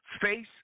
face